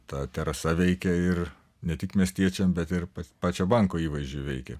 ta terasa veikia ir ne tik miestiečiam bet ir pačio banko įvaizdžiui veikė